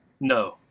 No